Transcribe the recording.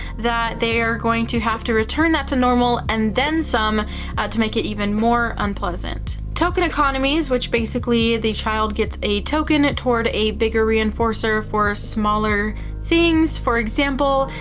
that they are going to have to return that to normal and then some to make it even more unpleasant. token economies, which basically the child gets a token toward a bigger reinforcer for smaller things. for example,